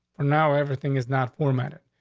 for now, everything is not formatted.